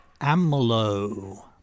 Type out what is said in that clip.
AMLO